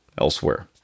elsewhere